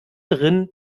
drin